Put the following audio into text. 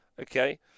okay